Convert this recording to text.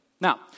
Now